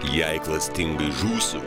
jei klastingai žūsiu